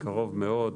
בקרוב מאוד,